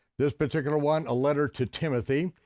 this particular one a letter to timothy,